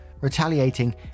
retaliating